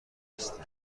هستی